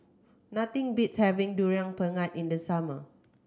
nothing beats having Durian Pengat in the summer